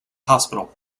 hospital